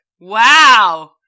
wow